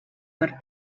per